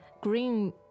green